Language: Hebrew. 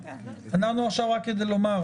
אנחנו עכשיו רק כדי לומר.